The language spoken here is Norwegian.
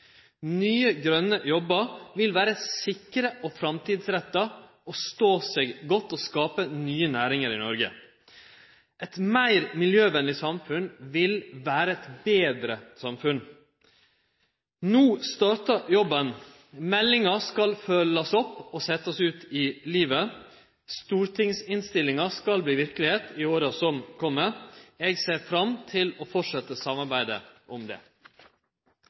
Nye, grøne jobbar vil vere sikre, framtidsretta, stå seg godt og skape nye næringar i Noreg. Eit meir miljøvenleg samfunn vil vere eit betre samfunn. No startar jobben. Tiltaka i meldinga skal følgjast opp og setjast ut i livet. Tiltaka i innstillinga frå Stortinget skal verte verkelegheit i åra som kjem. Eg ser fram til å fortsetje samarbeidet om dette. Det